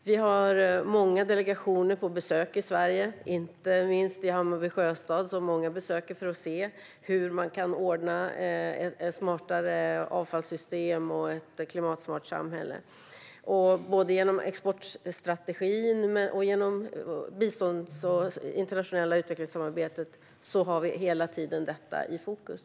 Vi har många delegationer på besök i Sverige, inte minst i Hammarby Sjöstad, som besöker oss för att se hur man kan ordna smartare avfallssystem och ett klimatsmart samhälle. Både genom exportstrategin och genom vårt biståndsarbete och internationella utvecklingssamarbete har vi hela tiden detta i fokus.